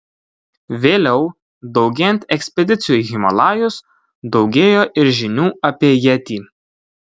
vėliau daugėjant ekspedicijų į himalajus daugėjo ir žinių apie jetį